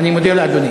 אני מודה לאדוני.